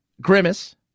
Grimace